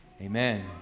Amen